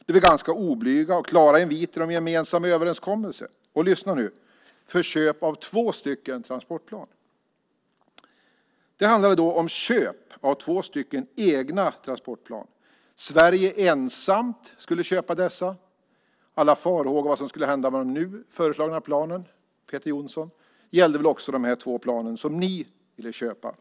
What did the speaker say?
Det var ganska oblyga och klara inviter om en gemensam överenskommelse - lyssna nu - om köp av två transportplan. Det handlade då om köp av två egna transportplan. Sverige ensamt skulle köpa dessa. Alla farhågor kring vad som skulle hända med de nu föreslagna planen, Peter Jonsson, gällde väl också de två plan som ni på er tid ville köpa?